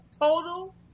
total